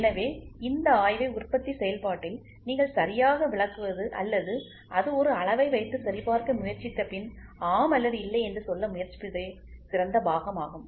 எனவே இந்த ஆய்வை உற்பத்திச் செயல்பாட்டில் நீங்கள் சரியாக விளக்குவது அல்லது அது ஒரு அளவை வைத்து சரிபார்க்க முயற்சித்தபின் ஆம் அல்லது இல்லை என்று சொல்ல முயற்சிப்பதே சிறந்த பாகமாகும்